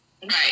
Right